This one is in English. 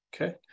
Okay